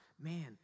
man